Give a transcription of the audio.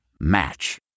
Match